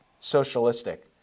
socialistic